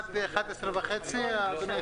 11:00.